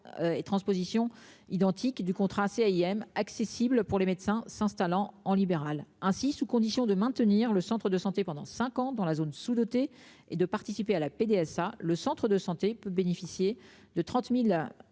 Et transposition identique et du contrat c'est AIM accessible pour les médecins s'installant en libéral ainsi sous condition de maintenir le Centre de santé pendant 5 ans dans la zone sous-dotée et de participer à la PDSA, le Centre de santé peut bénéficier de 30.000